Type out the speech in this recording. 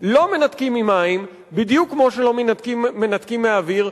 לא מנתקים ממים בדיוק כמו שלא מנתקים מאוויר,